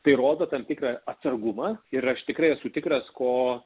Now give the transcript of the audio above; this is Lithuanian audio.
tai rodo tam tikrą atsargumą ir aš tikrai esu tikras ko